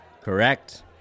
Correct